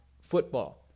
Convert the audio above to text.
football